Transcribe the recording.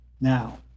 Now